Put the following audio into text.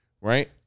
right